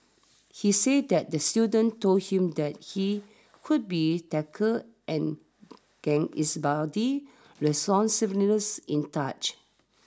he said that the student told him that he could be tickled and gauge his body's responsiveness in touch